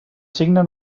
signe